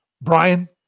Brian